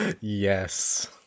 Yes